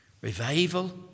Revival